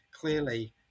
clearly